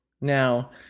Now